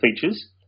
features